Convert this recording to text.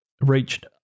reached